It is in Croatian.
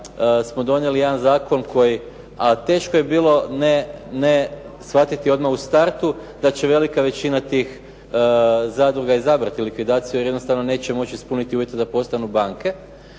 smo donijeli jedan zakon koji, a teško je bilo ne shvatiti odmah u startu da će velika većina tih zadruga izabrati likvidaciju, jer jednostavno neće moći ispuniti uvjete da postanu banke.